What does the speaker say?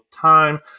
time